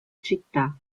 città